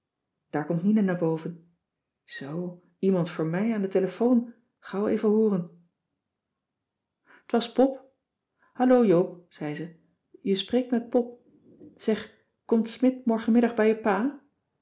daar komt mina naar boven zoo iemand voor mij aan de telefoon gauw even hooren cissy van marxveldt de h b s tijd van joop ter heul t was pop hallo joop zei ze je spreekt met pop zeg komt smidt morgenmiddag bij je pa